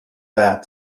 bat